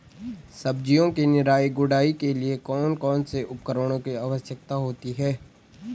सब्जियों की निराई गुड़ाई के लिए कौन कौन से उपकरणों की आवश्यकता होती है?